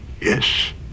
Yes